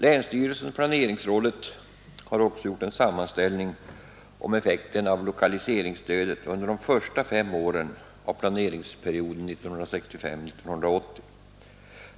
Länsstyrelsen/planeringsrådet har också gjort en sammanställning av effekten av lokaliseringsstödet under de första fem åren av planeringsperioden 1965-1980.